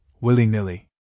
willy-nilly